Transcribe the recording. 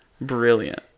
Brilliant